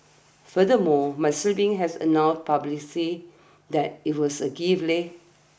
furthermore my siblings has announced publicly that it was a gift leh